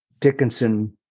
Dickinson